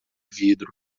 vidro